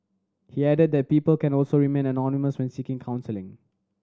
he added that people can also remain anonymous when seeking counselling